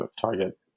target